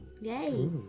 Yay